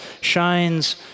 shines